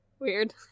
weird